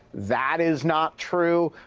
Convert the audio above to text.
that is not true.